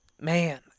man